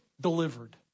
Delivered